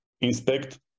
inspect